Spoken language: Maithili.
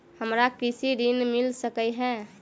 हमरा कृषि ऋण मिल सकै है?